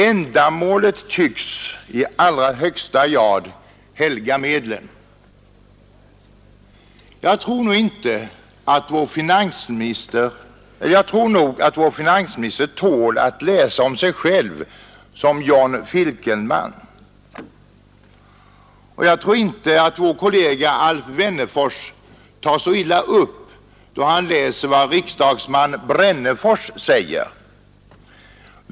Ändamålet tycks i allra högsta grad helga medlen. Jag tror nog att vår finansminister tål att läsa om sig själv som John Finkelman, och jag tror inte att vår kollega Alf Wennerfors tar illa upp då han läser vad riksdagsman Brännerfors säger.